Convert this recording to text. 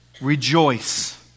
rejoice